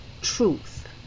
truth